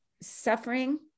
suffering